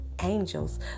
angels